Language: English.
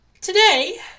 today